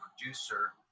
producer